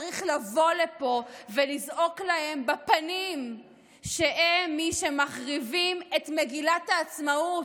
צריך לבוא לפה ולזעוק להם בפנים שהם מי שמחריבים את מגילת העצמאות,